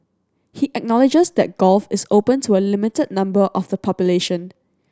he acknowledges that golf is open to a limited number of the population